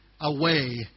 away